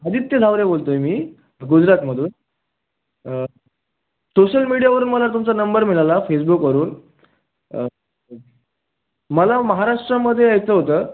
अदित्य नवरे बोलतो आहे मी गुजरातमधून सोशल मिडियावरून मला तुमचा नंबर मिळाला फेसबुकवरून मला महाराष्ट्रामध्ये यायचं होतं